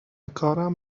کارم